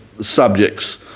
subjects